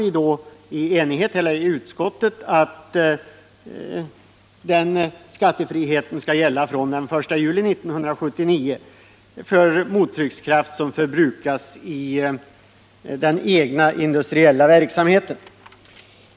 I utskottet föreslår vi i enighet att den skattefriheten skall gälla fr.o.m. den 1 juli 1979 för mottryckskraft som förbrukas i den egna industriella verksamheten.